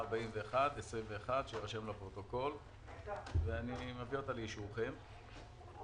ואני מביא אותה לאישורכם.